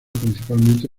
principalmente